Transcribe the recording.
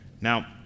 Now